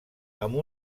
amb